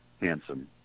handsome